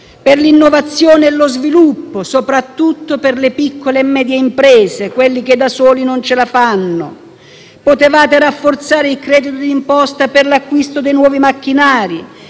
per la ricerca e lo sviluppo, soprattutto per le piccole e medie imprese, che da sole non ce la fanno. Potevate rafforzare il credito d'imposta per l'acquisto di nuovi macchinari,